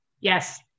Yes